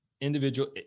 individual